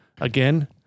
again